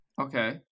Okay